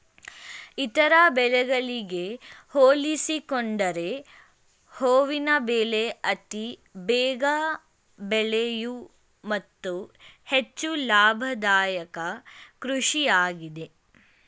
ಇತರ ಬೆಳೆಗಳಿಗೆ ಹೋಲಿಸಿಕೊಂಡರೆ ಹೂವಿನ ಬೆಳೆ ಅತಿ ಬೇಗ ಬೆಳೆಯೂ ಮತ್ತು ಹೆಚ್ಚು ಲಾಭದಾಯಕ ಕೃಷಿಯಾಗಿದೆ